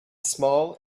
small